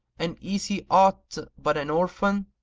and is he aught but an orphan?